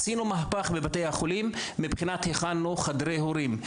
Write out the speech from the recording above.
עשינו מהפך בבתי החולים מבחינת הכנת חדרי הורים,